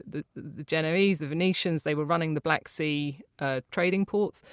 the genovese, the venetians. they were running the black sea ah trading ports,